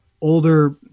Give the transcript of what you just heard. older